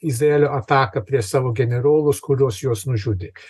izraelio ataką prieš savo generolus kuriuos juos nužudė